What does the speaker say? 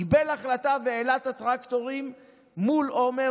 הוא קיבל החלטה והעלה את הטרקטורים מול עומר,